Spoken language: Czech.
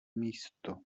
místo